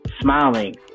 smiling